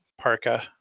parka